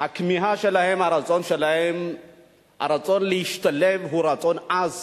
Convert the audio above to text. והכמיהה שלהם, הרצון שלהם להשתלב הוא רצון עז,